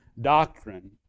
doctrine